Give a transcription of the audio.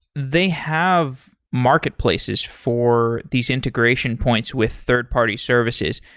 they have marketplaces for disintegration points with third-party services.